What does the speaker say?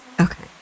Okay